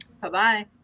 Bye-bye